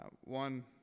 One